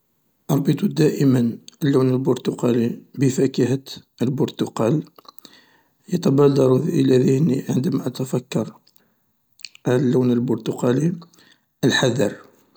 اربط دائما اللون البرتقالي بفاكهة البرتقال، يتبادر الى ذهني عندما اتفكر اللون البرتقالي الحذر.